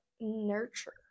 nurture